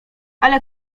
ale